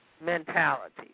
mentality